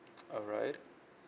alright